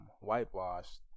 Whitewashed